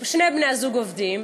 שני בני-הזוג עובדים,